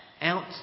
out